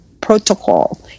protocol